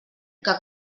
que